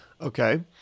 Okay